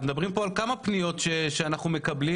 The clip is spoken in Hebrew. לאור החשיבות הגדולה שאנחנו רואים